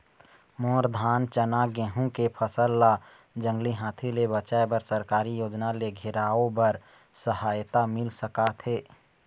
मोर धान चना गेहूं के फसल ला जंगली हाथी ले बचाए बर सरकारी योजना ले घेराओ बर सहायता मिल सका थे?